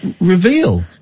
reveal